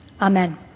Amen